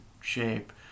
shape